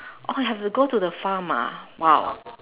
oh have to go to the farm ah !wow!